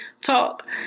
talk